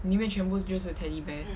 里面全部就是 teddy bear